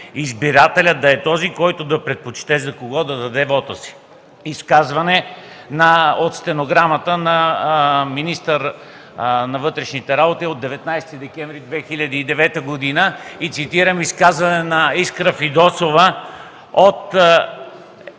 Избирателят да е този, който да предпочете за кого да даде вота си”. Изказване от стенограмата на министъра на вътрешните работи от 19 декември 2009 г. Цитирам изказване на Искра Фидосова от